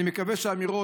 אני מקווה שהאמירות,